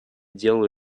делу